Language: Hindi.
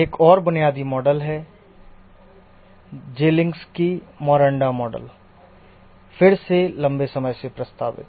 एक और बुनियादी मॉडल है जेलिंसकी मोरंडा मॉडल फिर से लंबे समय से प्रस्तावित